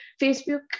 Facebook